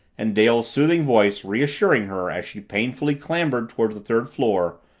and dale's soothing voice reassuring her as she painfully clambered toward the third floor,